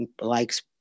likes